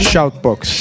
Shoutbox